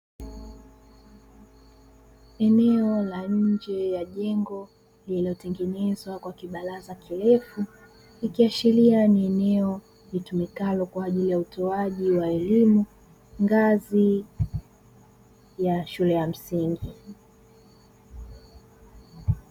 Eneo la nje ya jengo lililotengenezwa kwa kubaraza kirefu, ikiashiria ni eneo litumikalo kwa ajili ya utoaji wa elimu ngazi ya shule ya msingi.